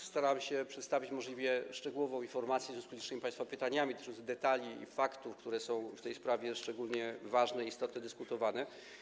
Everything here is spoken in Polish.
Postaram się przedstawić możliwie szczegółową informację w związku z licznymi państwa pytaniami dotyczącymi detali i faktów, które są w tej sprawie szczególnie ważne, istotne, dyskutowane.